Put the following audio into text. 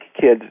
kids